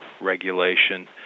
regulation